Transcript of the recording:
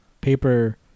paper